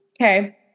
okay